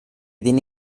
tiene